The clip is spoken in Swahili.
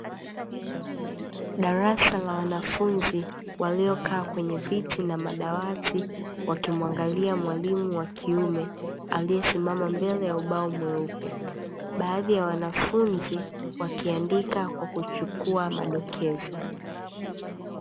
Darasa la wanafunzi waliokaa kwenye viti na madawati, wakimwangalia mwalimu wa kiume aliyesimama mbele ya ubao mweupe. Baadhi ya wanafunzi wakiandika kwa kuchukua madokezo.